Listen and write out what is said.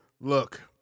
Look